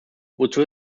wozu